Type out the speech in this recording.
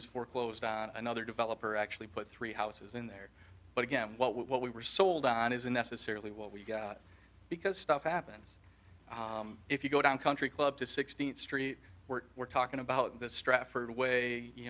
was foreclosed on another developer actually put three houses in there but again what we were sold on isn't necessarily what we got because stuff happens if you go down country club to sixteenth street where we're talking about this strafford way you